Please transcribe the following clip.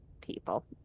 people